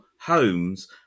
homes